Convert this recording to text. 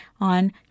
on